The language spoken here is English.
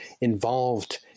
involved